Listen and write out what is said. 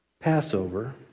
Passover